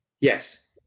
Yes